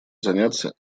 заняться